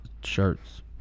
shirts